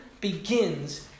begins